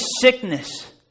sickness